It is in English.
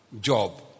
job